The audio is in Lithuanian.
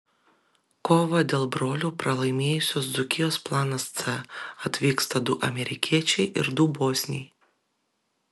kovą dėl brolių pralaimėjusios dzūkijos planas c atvyksta du amerikiečiai ir du bosniai